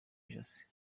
ijosi